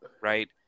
right